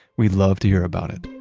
we'd love to hear about it.